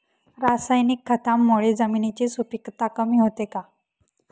रासायनिक खतांमुळे जमिनीची सुपिकता कमी होते का?